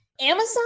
Amazon